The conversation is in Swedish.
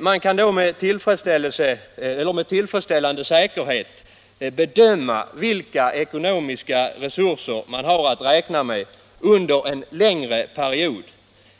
Man kan då med tillfredsställande säkerhet bedöma vilka ekonomiska resurser man har att räkna med under en längre period.